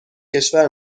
کشور